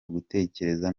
ugutekereza